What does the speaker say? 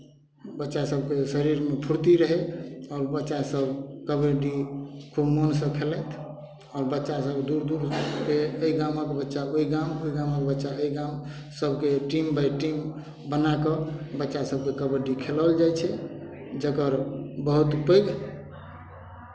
बच्चा सभके शरीरमे फुर्ती रहय आओर बच्चासभ कबड्डी खूब मोनसँ खेलथि आओर बच्चासभ दूर दूरके एहि गामक बच्चा ओहि गाम ओहि गामक बच्चा एहि गाम सभकेँ टीम बाइ टीम बना कऽ बच्चा सभकेँ कबड्डी खेलाओल जाइ छै जकर बहुत पैघ